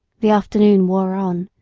the afternoon wore on,